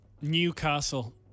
Newcastle